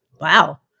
Wow